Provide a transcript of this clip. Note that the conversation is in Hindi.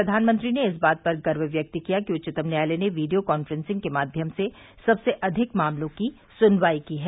प्रधानमंत्री ने इस बात पर गर्व व्यक्त किया कि उच्चतम न्यायालय ने वीडियो कॉन्फ्रेंसिंग के माध्यम से सबसे अधिक मामलों की सुनवाई की है